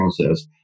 process